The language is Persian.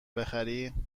بخری